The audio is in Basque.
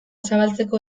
zabaltzeko